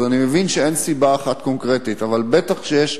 אז אני מבין שאין סיבה אחת קונקרטית, אבל בטח שיש